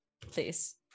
Please